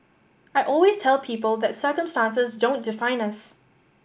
I always tell people that circumstances don't define us